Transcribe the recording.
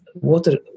water